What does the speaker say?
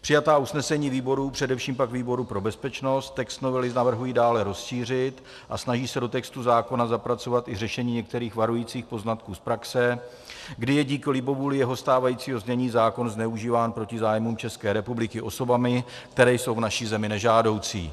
Přijatá usnesení výborů, především pak výboru pro bezpečnost, text novely navrhují dále rozšířit a snaží se do textu zákona zapracovat i řešení některých varujících poznatků z praxe, kdy je díky libovůli jeho stávajícího znění zákon zneužíván proti zájmům České republiky osobami, které jsou v naší zemi nežádoucí.